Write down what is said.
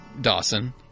Dawson